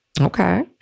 Okay